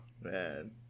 Man